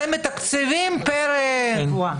אתם מתקצבים פר קבורה.